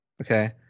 Okay